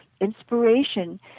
inspiration